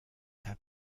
have